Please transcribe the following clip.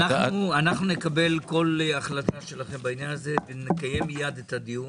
אנחנו נקבל כל החלטה שלכם בעניין ונקיים מיד את הדיון.